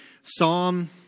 Psalm